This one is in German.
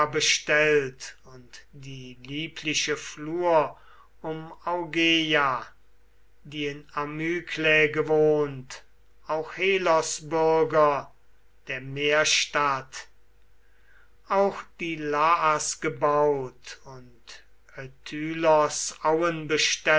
bestellt und die liebliche flur um augeia die in amyklä gewohnt auch helos bürger der meerstadt dann die pylos bewohnt und